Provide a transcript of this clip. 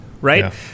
right